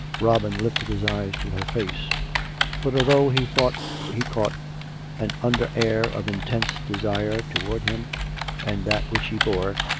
robin lifted his eyes to her face but although he thought he caught an under air of intense desire towards him and that which he bore,